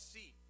See